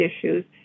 issues